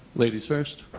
ladies first.